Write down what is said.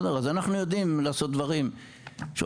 אז אנחנו יודעים לעשות דברים שהולכים